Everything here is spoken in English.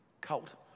cult